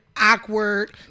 Awkward